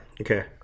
Okay